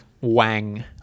Wang